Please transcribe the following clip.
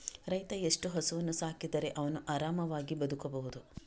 ರೈತ ಎಷ್ಟು ಹಸುವನ್ನು ಸಾಕಿದರೆ ಅವನು ಆರಾಮವಾಗಿ ಬದುಕಬಹುದು?